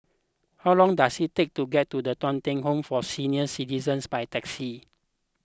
how long does it take to get to Thong Teck Home for Senior Citizens by taxi